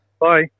Bye